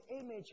image